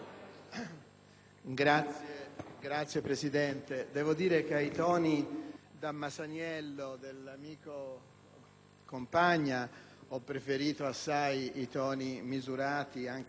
Signor Presidente, devo dire che ai toni da Masaniello dell'amico Compagna ho preferito assai i toni misurati, anche se